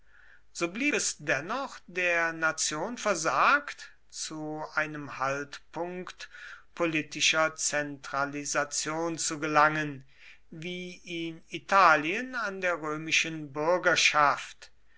so blieb es dennoch der nation versagt zu einem haltpunkt politischer zentralisation zu gelangen wie ihn italien an der römischen bürgerschaft